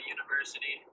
University